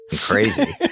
crazy